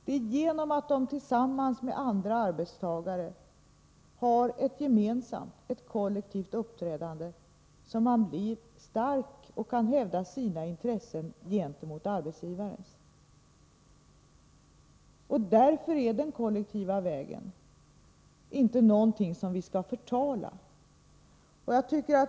Det är genom att de tillsammans med andra arbetstagare har ett gemensamt, ett kollektivt uppträdande som de blir starka och kan hävda sina intressen gentemot arbetsgivarens. Därför är den kollektiva vägen inte någonting som vi skall förtala.